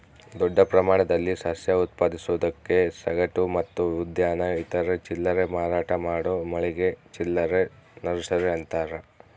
ದೊಡ್ಡ ಪ್ರಮಾಣದಲ್ಲಿ ಸಸ್ಯ ಉತ್ಪಾದಿಸೋದಕ್ಕೆ ಸಗಟು ಮತ್ತು ಉದ್ಯಾನ ಇತರೆ ಚಿಲ್ಲರೆ ಮಾರಾಟ ಮಾಡೋ ಮಳಿಗೆ ಚಿಲ್ಲರೆ ನರ್ಸರಿ ಅಂತಾರ